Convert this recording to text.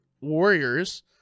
Warriors